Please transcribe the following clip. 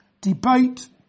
debate